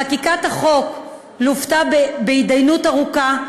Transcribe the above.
חקיקת החוק לוותה בהתדיינות ארוכה,